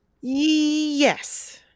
Yes